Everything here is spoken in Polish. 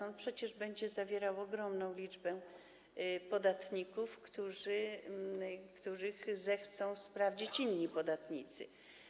On przecież będzie zawierał ogromną liczbę podatników, których zechcą sprawdzić inni podatnicy.